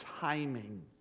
timing